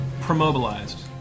promobilized